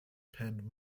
penned